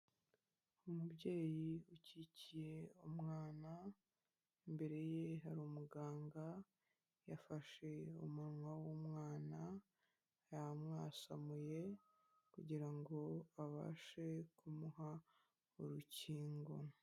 Umubyeyi ukikiye umwana imbere ye hari umuganga yafashe umunwa w'umwana yamwasamuye kugira ngo abashe kumuha urukingo.